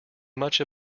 much